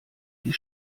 die